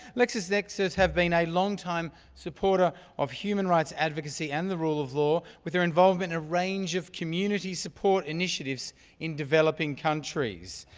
lexisnexis have been a long time supporter of human rights advocacy and the rule of law with their involvement and range of community support initiatives in developing countries.